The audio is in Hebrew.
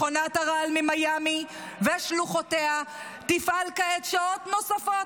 מכונת הרעל ממיאמי ושלוחותיה תפעל כעת שעות נוספות.